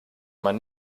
man